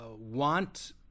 want